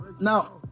now